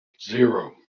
zero